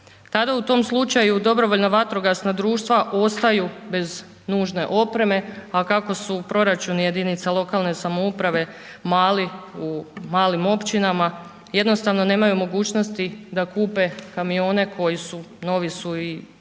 Tada u tom slučaju DVD-i ostaju bez nužne opreme, a kako su proračuni jedinica lokalne samouprave mali u malim općinama, jednostavno nemaju mogućnosti da kupe kamione koji su, novi su i